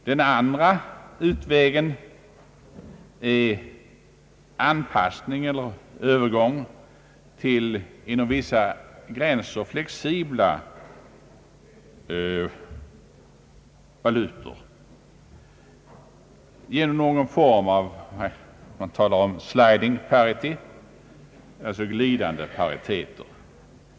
Den andra utvägen är anpassning eller övergång till inom vissa gränser flexibla valutor genom någon form av sliding parity — glidande pariteter.